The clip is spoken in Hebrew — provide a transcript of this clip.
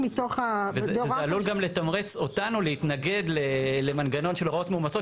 וזה עלול גם לתמרץ אותנו להתנגד למנגנון של הוראות מאומצות,